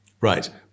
Right